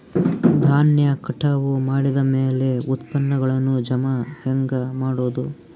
ಧಾನ್ಯ ಕಟಾವು ಮಾಡಿದ ಮ್ಯಾಲೆ ಉತ್ಪನ್ನಗಳನ್ನು ಜಮಾ ಹೆಂಗ ಮಾಡೋದು?